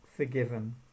Forgiven